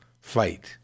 fight